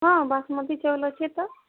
ହଁ ବାସୁମତି ଚାଉଲ୍ ଅଛି ତ